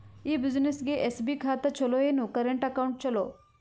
ಈ ಬ್ಯುಸಿನೆಸ್ಗೆ ಎಸ್.ಬಿ ಖಾತ ಚಲೋ ಏನು, ಕರೆಂಟ್ ಅಕೌಂಟ್ ಚಲೋ?